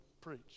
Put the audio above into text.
preach